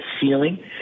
ceiling